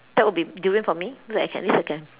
that would be durian for me so that I can at least I can